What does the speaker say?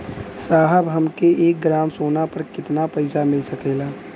साहब हमके एक ग्रामसोना पर कितना पइसा मिल सकेला?